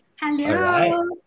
Hello